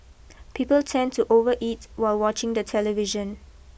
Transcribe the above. people tend to over eat while watching the television